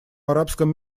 арабском